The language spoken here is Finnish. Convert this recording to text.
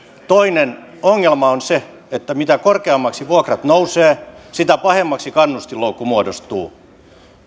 toinen ongelma on se että mitä korkeammaksi vuokrat nousevat sitä pahemmaksi kannustinloukku muodostuu